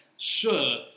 Sure